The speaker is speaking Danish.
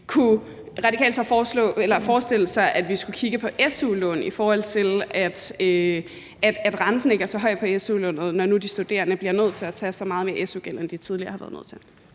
så forestille sig, at vi skulle kigge på su-lån for at sikre, at renten ikke er så høj på su-lånet, når nu de studerende bliver nødt til at stifte så meget mere su-gæld, end de tidligere har været nødt til?